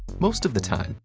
most of the time,